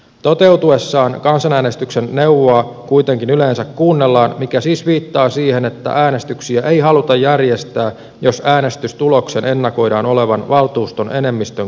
toteutuessaan kansanäänestyksen neuvoa kuitenkin yleensä kuunnellaan mikä siis viittaa siihen että äänestyksiä ei haluta järjestää jos äänestystuloksen ennakoidaan olevan valtuuston enemmistön kannan vastainen